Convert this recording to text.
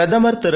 பிரதமர் திரு